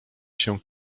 się